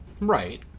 Right